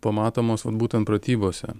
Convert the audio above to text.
pamatomos vat būtent pratybose